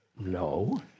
No